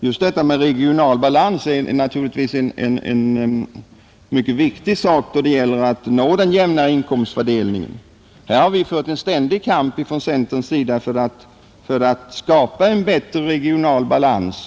Just detta med regional balans är naturligtvis en mycket viktig sak då det gäller att nå den jämnare inkomstfördelningen. Här har vi från centerns sida fört en ständig kamp för att skapa bättre förhållanden.